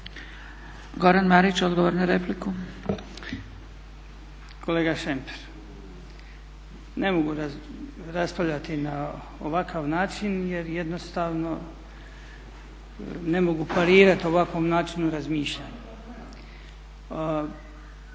Goran Marić, odgovor na repliku.